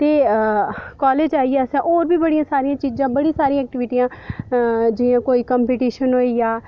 ते काॅलेज च आइयै असें होर बी बड़ी सारी चीजां होर बी बड़ी सारी एक्टीविटियां जि'यां कोई कम्पीटिशन होई गेआ